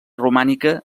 romànica